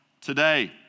today